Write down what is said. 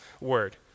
Word